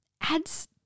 adds